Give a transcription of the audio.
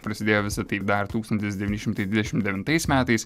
prisidėjo visi tai dar tūkstantis devyni šimtai dvidešimt devintais metais